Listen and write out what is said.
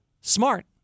smart